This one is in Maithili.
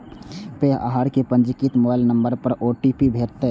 फेर अहां कें पंजीकृत मोबाइल नंबर पर ओ.टी.पी भेटत